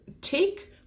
take